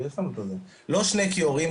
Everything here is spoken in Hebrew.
לא שני כיורים,